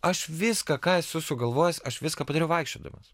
aš viską ką esu sugalvojęs aš viską padariau vaikščiodamas